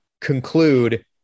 conclude